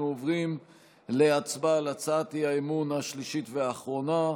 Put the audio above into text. אנחנו עוברים להצבעה על הצעת האי-אמון השלישית והאחרונה,